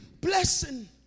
blessing